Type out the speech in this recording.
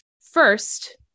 First